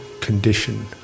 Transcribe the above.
condition